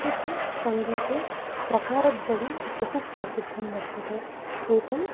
तत्र च सङ्गीते प्रकारद्वयं ब्रहु प्रसिद्धं वर्तते एकं